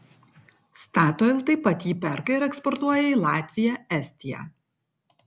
statoil taip pat jį perka ir eksportuoja į latviją estiją